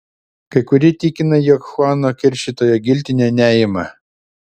kai kurie tikina jog chuano keršytojo giltinė neima